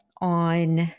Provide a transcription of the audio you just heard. on